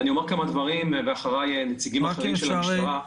אומר כמה דברים ואחריי ידברו נציגים אחרים של המשטרה.